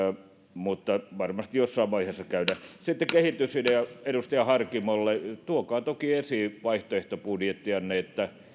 mutta varmasti jossain vaiheessa käydään sitä läpi sitten kehitysidea edustaja harkimolle tuokaa toki esiin vaihtoehtobudjettianne